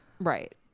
right